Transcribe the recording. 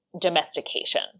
domestication